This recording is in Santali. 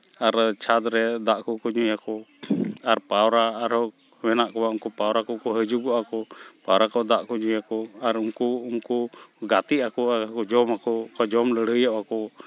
ᱟᱨ ᱪᱷᱟᱫ ᱨᱮ ᱫᱟᱜ ᱠᱚᱠᱚ ᱧᱩᱭᱟᱠᱚ ᱟᱨ ᱯᱟᱣᱨᱟ ᱟᱨᱦᱚᱸ ᱢᱮᱱᱟᱜ ᱠᱚᱣᱟ ᱩᱱᱠᱩ ᱯᱟᱭᱨᱟ ᱠᱚᱠᱚ ᱦᱤᱡᱩᱜᱚᱜᱼᱟ ᱠᱚ ᱯᱟᱣᱨᱟ ᱠᱚ ᱫᱟᱜ ᱠᱚ ᱧᱩᱭᱟ ᱠᱚ ᱟᱨ ᱩᱱᱠᱩ ᱩᱱᱠᱩ ᱜᱟᱛᱮᱜ ᱟᱠᱚ ᱟᱨᱠᱚ ᱡᱚᱢᱟᱠᱚ ᱟᱨᱠᱚ ᱡᱚᱢ ᱞᱟᱹᱲᱦᱟᱹᱭᱚᱜᱼᱟ ᱠᱚ